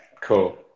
cool